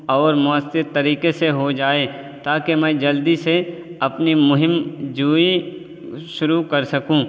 اور مؤثر طریقے سے ہو جائے تا کہ میں جلدی سے اپنی مہم جوئی شروع کر سکوں